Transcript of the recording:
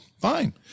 Fine